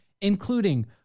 including